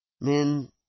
men